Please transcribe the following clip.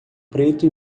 preto